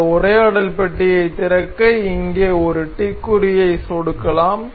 இந்த உரையாடல் பெட்டியைத் திறக்க இங்கே ஒரு டிக் குறியை சொடுக்கலாம்